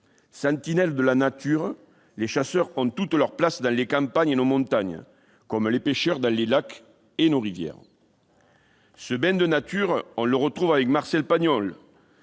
Sentinelles de la nature, les chasseurs ont toute leur place dans les campagnes et nos montagnes, comme les pêcheurs dans les lacs et rivières. » On retrouve ce bain de nature avec Marcel Pagnol,